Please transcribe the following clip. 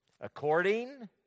According